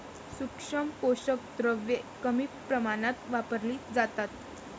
सूक्ष्म पोषक द्रव्ये कमी प्रमाणात वापरली जातात